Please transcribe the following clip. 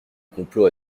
complot